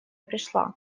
пришла